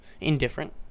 Indifferent